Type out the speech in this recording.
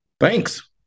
Thanks